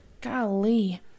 Golly